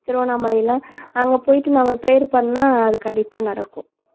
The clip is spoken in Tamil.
திருவண்ணாமலைல அங்கே போயிட்டு நம்ம ப்ரேயர் பண்ணால் அது கண்டிப்பாக நடக்கும்